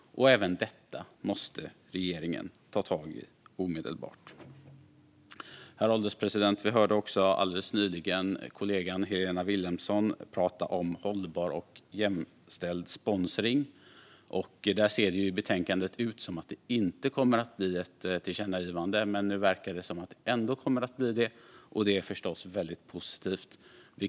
Även detta måste regeringen ta tag i omedelbart. Herr ålderspresident! Vi hörde alldeles nyss kollegan Helena Vilhelmsson prata om hållbar och jämställd sponsring. Det ser i betänkandet ut som att det inte kommer att bli ett tillkännagivande, men nu verkar det som att det ändå kommer att bli det. Det är förstås väldigt positivt.